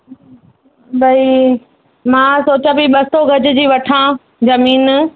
भई मां सोचिया पेई ॿ सौ गज जी वठां ज़मीन